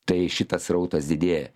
tai šitas srautas didėja